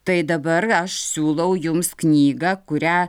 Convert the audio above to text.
tai dabar aš siūlau jums knygą kurią